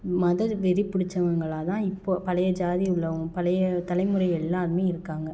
மதவெறி பிடிச்சவங்களா தான் இப்போ பழைய ஜாதி உள்ளவங்க பழைய தலைமுறை எல்லாருமே இருக்காங்க